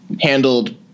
Handled